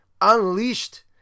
unleashed